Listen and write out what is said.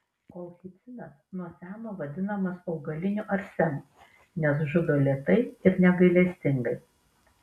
kolchicinas nuo seno vadinamas augaliniu arsenu nes žudo lėtai ir negailestingai